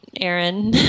Aaron